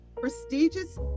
prestigious